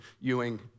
Ewing